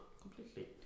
Completely